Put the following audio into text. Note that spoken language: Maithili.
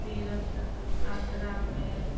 तीर्थ यात्रामे